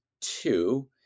two